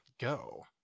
go